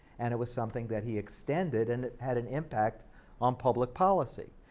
and it was something that he extended and had an impact on public policy.